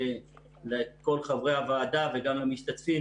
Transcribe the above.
לכל חברי הוועדה וגם למשתתפים,